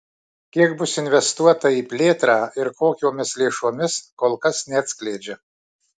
kiek bus investuota į plėtrą ir kokiomis lėšomis kol kas neatskleidžia